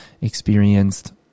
experienced